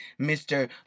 Mr